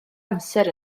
amser